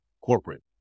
corporate